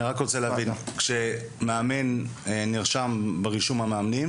אני רק רוצה להבין: כשמאמן נרשם ברישום המאמנים